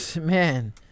man